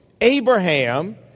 Abraham